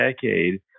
decade